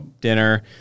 dinner